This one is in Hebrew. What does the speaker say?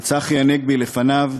וצחי הנגבי לפניו,